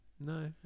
No